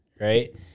right